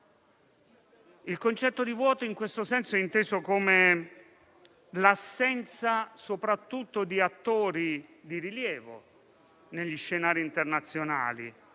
Il concetto di vuoto, in questo senso, è inteso come l'assenza di attori di rilievo negli scenari internazionali,